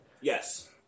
Yes